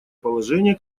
положение